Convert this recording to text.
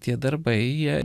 tie darbai jie